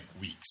weeks